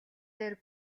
дээр